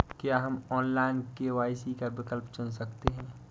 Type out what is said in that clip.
क्या हम online KYC का विकल्प चुन सकते हैं?